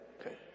Okay